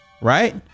right